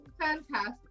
fantastic